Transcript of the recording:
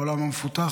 העולם המפותח,